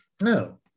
No